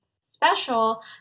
special